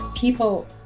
People